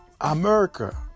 America